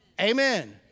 Amen